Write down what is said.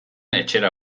etxera